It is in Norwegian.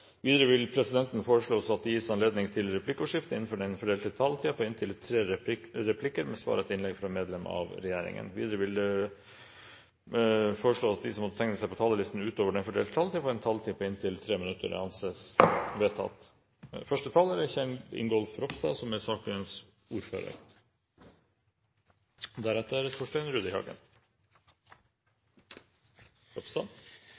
Videre vil presidenten foreslå at det gis anledning til replikkordskifte på inntil fire replikker med svar etter innlegg fra medlem av regjeringen innenfor den fordelte taletid. Videre blir det foreslått at de som måtte tegne seg på talerlisten utover den fordelte taletid, får en taletid på inntil 3 minutter. – Det anses vedtatt. Prop. 78 L er den siste saken som er